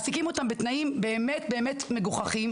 מעסיקים אותם בתנאים באמת מגוחכים,